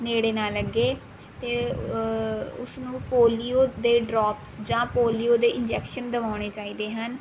ਨੇੜੇ ਨਾ ਲੱਗੇ ਅਤੇ ਉਸਨੂੰ ਪੋਲੀਓ ਦੇ ਡਰੋਪਸ ਜਾਂ ਪੋਲੀਓ ਦੇ ਇੰਜੈਕਸ਼ਨ ਦਿਵਾਉਣੇ ਚਾਹੀਦੇ ਹਨ